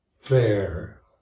fair